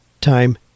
time